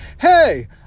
hey